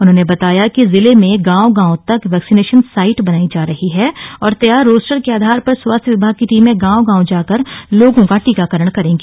उन्होंने बताया कि जिले में गांव गांव तक वैक्सिनेशन साईट बनायी जा रही है और तैयार रोस्टर के आधार पर स्वास्थ्य विभाग की टीमें गांव गांव जाकर लोगो का टीकाकरण करेगी